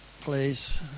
please